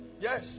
Yes